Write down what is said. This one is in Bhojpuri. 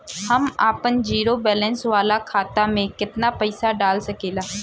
हम आपन जिरो बैलेंस वाला खाता मे केतना पईसा डाल सकेला?